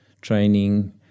training